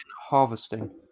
harvesting